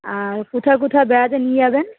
আর কোথায় কোথায় বেড়াতে নিয়ে যাবেন